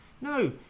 No